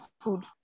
food